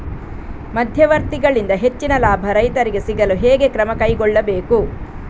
ಮಧ್ಯವರ್ತಿಗಳಿಂದ ಹೆಚ್ಚಿನ ಲಾಭ ರೈತರಿಗೆ ಸಿಗಲು ಹೇಗೆ ಕ್ರಮ ಕೈಗೊಳ್ಳಬೇಕು?